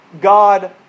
God